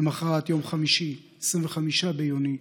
למוחרת, יום חמישי, 25 ביוני,